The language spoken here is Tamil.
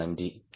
மிக்க நன்றி